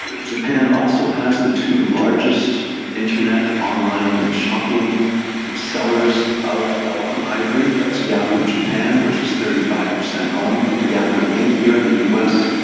japan also has the two largest internet online shopping sellers of elephant ivory, that's yahoo japan, which is thirty five percent owned by yahoo inc here in the us,